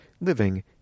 living